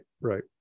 right